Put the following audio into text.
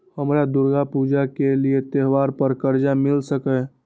हमरा दुर्गा पूजा के लिए त्योहार पर कर्जा मिल सकय?